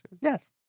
Yes